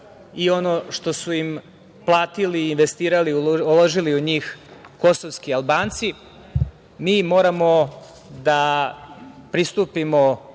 i ono što su im platili i investirali, uložili u njih, kosovski Albanci, mi moramo da pristupimo